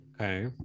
okay